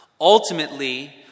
ultimately